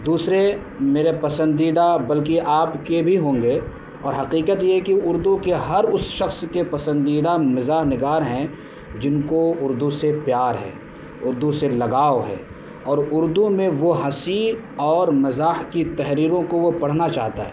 دوسرے میرے پسندیدہ بلکہ آپ کے بھی ہوں گے اور حقیقت یہ ہے کہ اردو کے ہر اس شخص کے پسندیدہ مزاح نگار ہیں جن کو اردو سے پیار ہے اردو سے لگاؤ ہے اور اردو میں وہ ہنسی اور مزاح کی تحریروں کو وہ پڑھنا چاہتا ہے